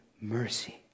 mercy